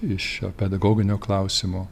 iš pedagoginio klausimo